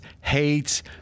hates